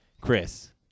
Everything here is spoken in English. Chris